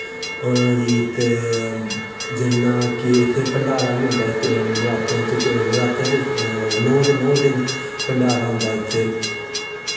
उनां गी ते जियां कि इत्थें भण्डारा बी होंदा नरातेंआं च नरातेंआं च नौ दे नौ दिन भण्डारा होंदा इत्थें